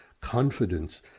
confidence